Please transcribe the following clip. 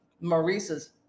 maurice's